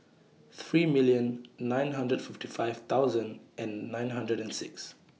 three million nine hundred fifty five thousand and nine hundred and six